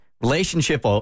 Relationship